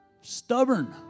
Stubborn